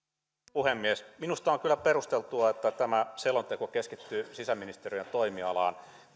puhemies minusta on kyllä perusteltua että tämä selonteko keskittyy sisäministeriön toimialaan